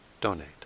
donate